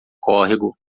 córrego